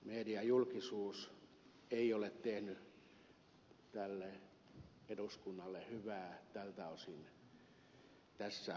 mediajulkisuus ei ole tehnyt tälle eduskunnalle hyvää tältä osin tässä asiassa